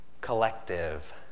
collective